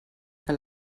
que